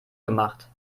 gemacht